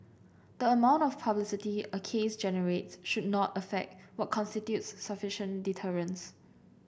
the amount of publicity a case generates should not affect what constitutes sufficient deterrence